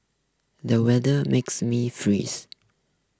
the weather makes me freeze